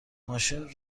ماشین